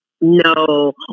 No